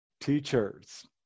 teachers